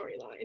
storyline